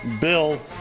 Bill